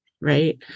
right